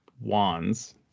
wands